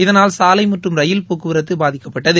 இதனால் சாலை மற்றும் ரயில் போக்குவரத்து பாதிக்கப்பட்டது